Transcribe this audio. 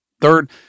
Third